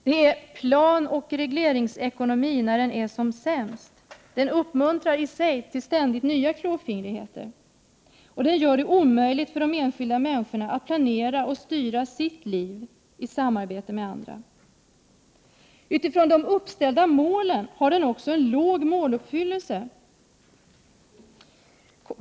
Det är planoch regleringsekonomi när den är som sämst. Den uppmuntrar i sig till ständigt nya klåfingrigheter. Detta gör det omöjligt för de enskilda människorna att planera och styra sitt liv i samarbete med andra. Utifrån de uppställda målen har den också en låg måluppfyllelse.